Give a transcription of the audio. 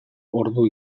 ordu